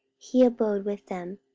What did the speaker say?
he abode with them,